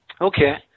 Okay